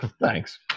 thanks